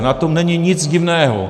Na tom není nic divného.